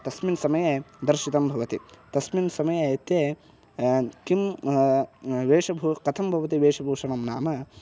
तस्मिन् समये दर्शितं भवति तस्मिन् ते किं वेषभूषा कथं भवति वेषबूषणं नाम